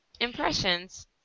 impressions